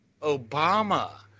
Obama